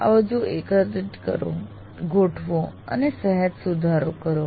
આ બધું એકત્રિત કરો ગોઠવો અને સહેજ સુધારો કરો